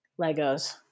Legos